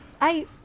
I-